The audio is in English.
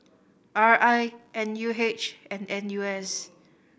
R I N U H and N U S